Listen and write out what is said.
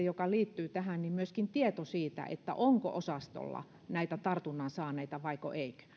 joka liittyy tähän on tieto siitä onko osastolla näitä tartunnan saaneita vaiko eikö